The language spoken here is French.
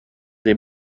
des